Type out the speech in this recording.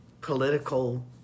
political